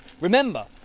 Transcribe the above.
Remember